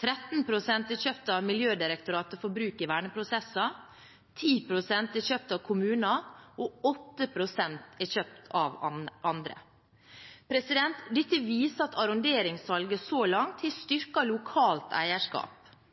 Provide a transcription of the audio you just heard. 13 pst. er kjøpt av Miljødirektoratet for bruk i verneprosesser, 10 pst. er kjøpt av kommuner, og 8 pst. er kjøpt av andre. Dette viser at arronderingssalget så langt har styrket lokalt eierskap.